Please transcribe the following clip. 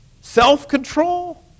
self-control